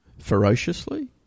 Ferociously